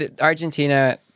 Argentina